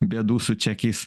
bėdų su čekiais